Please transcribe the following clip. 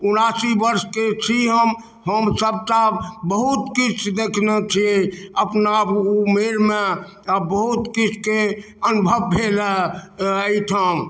उनासी बर्स के छी हम हम सबटा बहुत किछु देखने छियै अपना उमेर मे आ बहुत किछु के अनुभव भेल हँ अयठाम